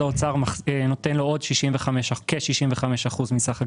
האוצר נותן לו עוד כ-65% מסך הגבייה.